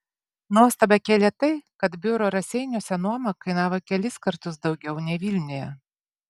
nuostabą kėlė tai kad biuro raseiniuose nuoma kainavo kelis kartus daugiau nei vilniuje